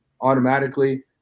automatically